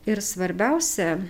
ir svarbiausia